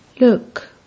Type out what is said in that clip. Look